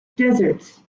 desert